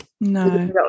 no